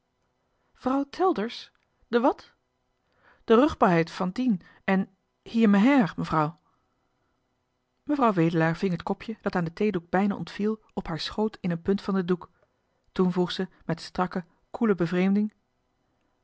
telders de wat de ruch'baarheid fan dien en hier meheir mefrau mevrouw wedelaar ving het kopje dat aan den theedoek bijna ontviel op haar schoot in een punt van den doek toen vroeg ze met strakke koele bevreemding